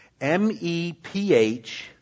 M-E-P-H